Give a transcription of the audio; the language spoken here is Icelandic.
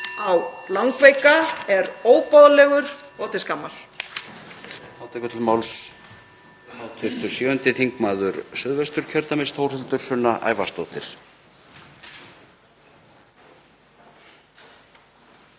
á langveika er óboðlegur og til skammar.